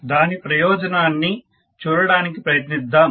దాని ప్రయోజనాన్ని చూడటానికి ప్రయత్నిద్దాం